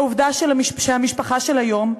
העובדה שהמשפחה של היום,